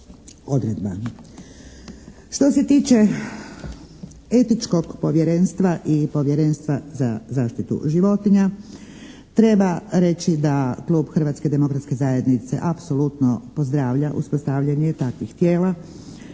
odredba. Što se tiče Etičkog povjerenstva i Povjerenstva za zaštitu životinja treba reći da Klub Hrvatske demokratske zajednice apsolutno pozdravlja uspostavljanje takvih tijela